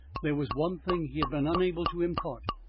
there was one thing he had been unable to impart,